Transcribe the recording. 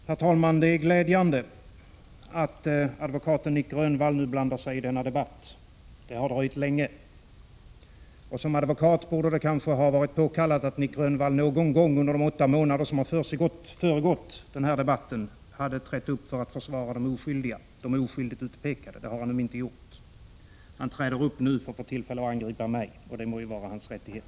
Herr talman! Det är glädjande att advokaten Nic Grönvall nu blandar sig i denna debatt — det har dröjt länge. Som advokat borde det kanske ha varit påkallat att Nic Grönvall någon gång under de åtta månader som har föregått denna debatt hade trätt upp för att försvara de oskyldigt utpekade. Det har haninte gjort. Han träder upp nu för att få tillfälle att angripa mig, och det må vara hans rättighet.